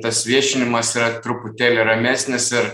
tas viešinimas yra truputėlį ramesnis ir